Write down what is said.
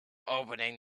opening